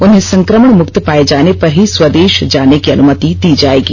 उन्हें संक्रमण मुक्त पाये जाने पर ही स्वदेश जाने की अनुमति दी जायेगी